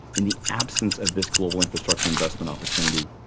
in the absence of this global infrastructure investment opportunity,